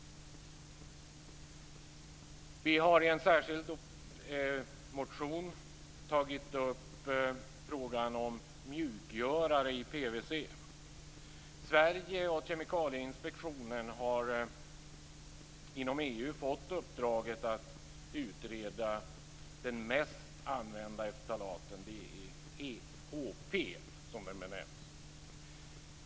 Vi har i en särskild motion tagit upp frågan om mjukgörare i PVC. Sverige och Kemikalieinspektionen har inom EU fått uppdraget att utreda den mest använda ftalaten, DEHP som den benämns.